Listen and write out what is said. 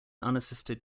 unassisted